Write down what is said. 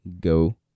go